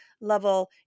level